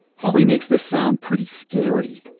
holly makes this sound pretty scary.